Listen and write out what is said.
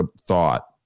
thought